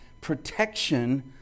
protection